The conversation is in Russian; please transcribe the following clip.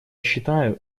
считаю